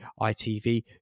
ITV